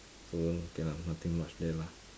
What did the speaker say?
so okay lah nothing much there lah